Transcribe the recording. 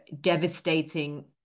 devastating